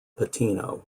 patino